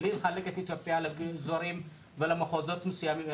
בלי לחלק את אתיופיה לאזורים ולמחוזות מסוימים,